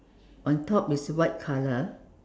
on top is white colour